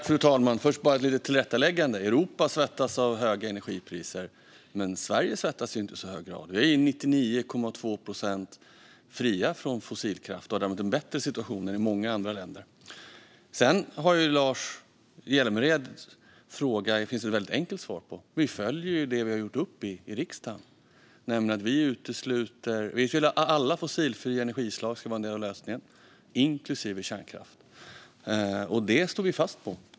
Fru talman! Först bara ett litet tillrättaläggande: Europa svettas på grund av höga energipriser, men Sverige svettas inte i så hög grad. Vi är 99,2 procent fria från fossilkraft, och det har varit en bättre situation än i många andra länder. Det finns ett väldigt enkelt svar på Lars Hjälmereds fråga: Vi följer det vi har gjort upp i riksdagen, nämligen att alla fossilfria energislag ska vara en del av lösningen, inklusive kärnkraft. Det står vi fast vid.